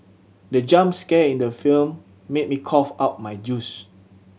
the jump scare in the film made me cough out my juice